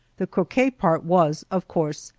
the croquet part was, of course,